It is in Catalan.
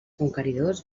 conqueridors